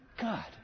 God